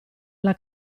alla